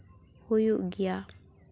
ᱦᱩᱭᱩᱜ ᱜᱮᱭᱟ